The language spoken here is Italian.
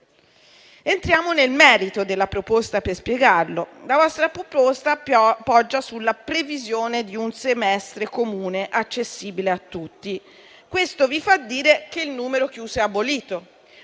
Entriamo nel merito della proposta per spiegarlo. La vostra proposta poggia sulla previsione di un semestre comune accessibile a tutti, e questo vi fa dire che il numero chiuso è abolito,